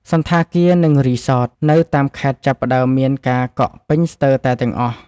សណ្ឋាគារ និងរីសត នៅតាមខេត្តចាប់ផ្ដើមមានការកក់ពេញស្ទើរតែទាំងអស់។